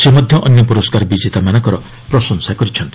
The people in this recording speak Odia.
ସେ ମଧ୍ୟ ଅନ୍ୟ ପୁରସ୍କାର ବିଜେତାମାନଙ୍କର ପ୍ରଶଂସା କରିଚ୍ଛନ୍ତି